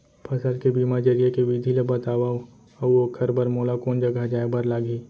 फसल के बीमा जरिए के विधि ला बतावव अऊ ओखर बर मोला कोन जगह जाए बर लागही?